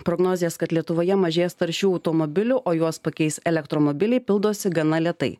prognozės kad lietuvoje mažės taršių automobilių o juos pakeis elektromobiliai pildosi gana lėtai